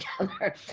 together